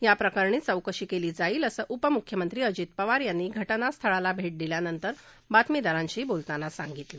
याप्रकरणी चौकशी केली जाईल असं उपमुख्यमंत्री अजित पवार यांनी घटनास्थळाला भेट दिल्यानंतर बातमीदारांशी बोलताना सांगितलं